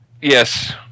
Yes